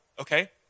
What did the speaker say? Okay